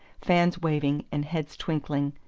fans waving and heads twinkling,